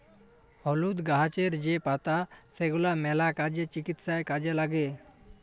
হলুদ গাহাচের যে পাতা সেগলা ম্যালা কাজে, চিকিৎসায় কাজে ল্যাগে